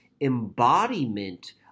embodiment